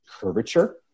curvature